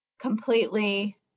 completely